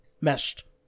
meshed